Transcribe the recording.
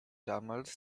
damals